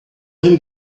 him